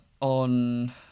on